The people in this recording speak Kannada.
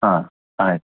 ಹಾಂ ಆಯಿತು